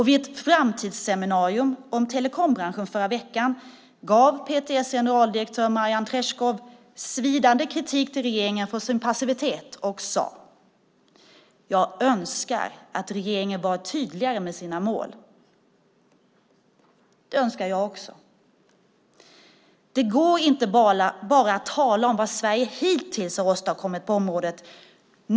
Vid ett framtidsseminarium om telekombranschen förra veckan gav PTS generaldirektör Marianne Treschow regeringen svidande kritik för dess passivitet och sade: Jag önskar att regeringen varit tydligare med sina mål. Det önskar jag också. Det går inte att bara tala om vad Sverige hittills har åstadkommit på området.